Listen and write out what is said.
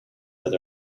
that